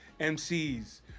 MCs